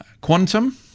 Quantum